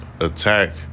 attack